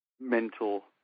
mental